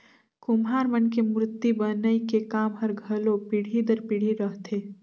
कुम्हार मन के मूरती बनई के काम हर घलो पीढ़ी दर पीढ़ी रहथे